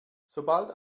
sobald